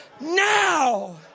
Now